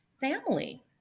family